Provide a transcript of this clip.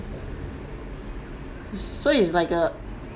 so it's like a